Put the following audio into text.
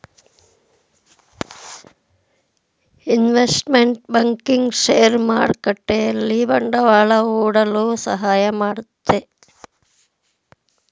investment banking share ಮಾರುಕಟ್ಟೆಯಲ್ಲಿ ಬಂಡವಾಳ ಹೂಡಲು ಸಹಾಯ ಮಾಡುತ್ತೆ